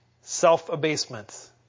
self-abasement